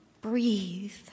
Breathe